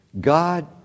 God